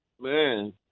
man